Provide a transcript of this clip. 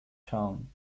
town